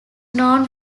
known